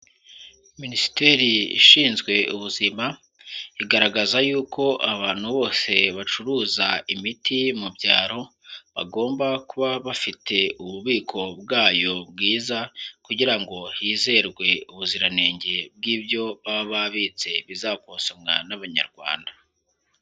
Minisiteri ishinzwe ubuzima igaragaza yuko abantu bose bacuruza imiti mu byaro, bagomba kuba bafite ububiko bwayo bwiza kugira ngo hizerwe ubuziranenge bw'ibyo baba babitse bizakonsomwa n'abanyarwanda.